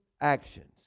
actions